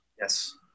yes